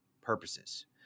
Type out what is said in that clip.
purposes